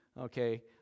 Okay